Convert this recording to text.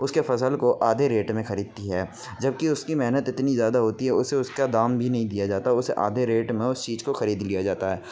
اس کے فصل کو آدھے ریٹ میں خریدتی ہے جب کہ اس کی محنت اتنی زیادہ ہوتی ہے اسے اس کا دام بھی نہیں دیا جاتا اسے آدھے ریٹ میں اس چیز کو خرید لیا جاتا ہے